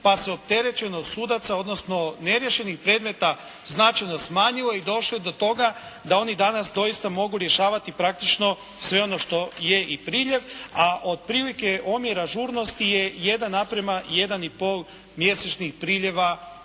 pa se opterećenost sudaca odnosno neriješenih predmeta značajno smanjio i došli do toga da oni danas doista mogu rješavati praktično sve ono što je i priljev, a otprilike omjer ažurnosti je 1:1,5 mjesečnih priljeva